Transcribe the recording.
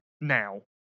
now